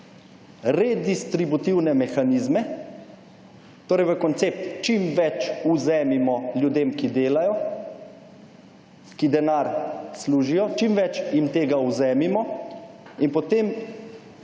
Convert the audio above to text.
redistributivne mehanizme, torej v koncept čim več vzemimo ljudem, ki delajo, ki denar služijo, čim več jim tega vzemimo in potem